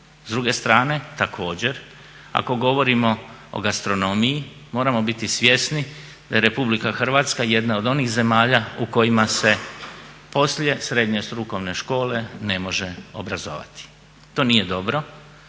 S druge strane također ako govorimo o gastronomiji moramo biti svjesni da je RH jedna od onih zemalja u kojima se poslije srednje strukovne škole ne može obrazovati. To nije dobro